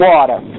Water